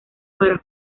para